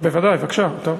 בבקשה, אדוני,